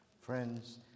Friends